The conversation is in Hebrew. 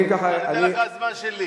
אני אתן לך את הזמן שלי.